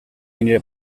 nire